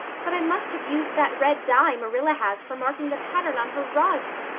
but i must have used that red dye marilla has for marking the pattern on her rugs,